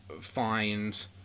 find